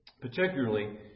Particularly